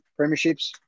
premierships